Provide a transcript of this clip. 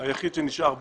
היחיד שנשאר בארץ.